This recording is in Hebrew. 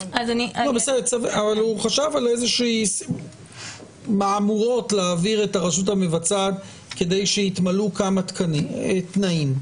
אבל הוא חשב על מהמורות להעביר את הרשות המבצעת כדי שיתמלאו כמה תנאים.